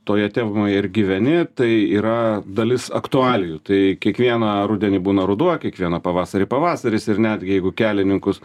toje temoje ir gyveni tai yra dalis aktualijų tai kiekvieną rudenį būna ruduo kiekvieną pavasarį pavasaris ir netgi jeigu kelininkus